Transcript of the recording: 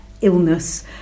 illness